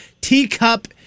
teacup